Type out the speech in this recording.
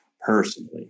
personally